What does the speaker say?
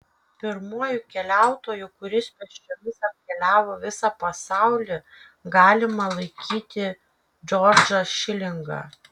pirmuoju keliautoju kuris pėsčiomis apkeliavo visą pasaulį galima laikyti džordžą šilingą